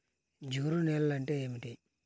జిగురు నేలలు అంటే ఏమిటీ?